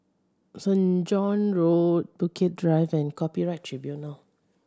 Saint John Road Bukit Drive and Copyright Tribunal